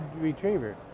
retriever